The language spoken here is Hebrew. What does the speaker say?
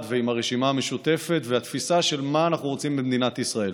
ועם הרשימה המשותפת והתפיסה של מה אנחנו רוצים במדינת ישראל.